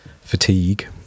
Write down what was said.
fatigue